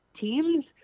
teams